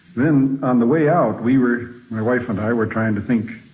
then, on the way out, we were my wife and i were trying to think,